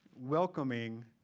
welcoming